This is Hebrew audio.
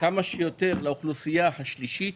כמה שיותר לאוכלוסייה השלישית